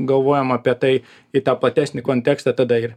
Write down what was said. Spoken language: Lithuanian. galvojam apie tai į tą platesnį kontekstą tada ir